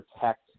protect